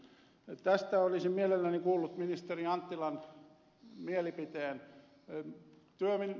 tästä olisin mielelläni kuullut ministeri anttilan mielipiteen